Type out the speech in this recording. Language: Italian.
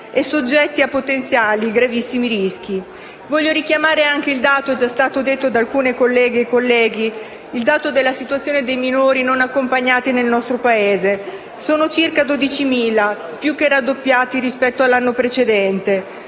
e soggetti a potenziali e gravissimi rischi. Voglio richiamare anche il dato - già ricordato da alcuni colleghi e colleghe - della situazione dei minori non accompagnati nel nostro Paese: sono circa 12.000 e il loro numero è più che raddoppiato rispetto a quello dell'anno precedente.